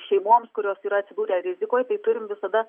šeimoms kurios yra atsidūrę rizikoj tai turime visada